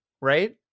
right